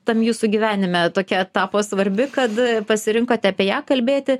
tam jūsų gyvenime tokia tapo svarbi kad pasirinkote apie ją kalbėti